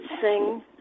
Sing